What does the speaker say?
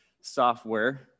software